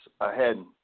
ahead